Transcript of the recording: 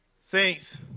Saints